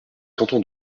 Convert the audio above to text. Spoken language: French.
cantons